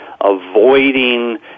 avoiding